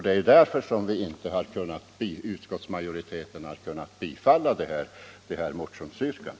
Det är därför som utskottet inte har kunnat bifalla motionsyrkandet.